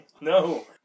No